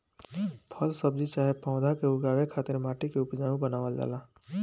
फल सब्जी चाहे पौधा के उगावे खातिर माटी के उपजाऊ बनावल जाला